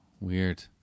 Weird